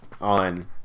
on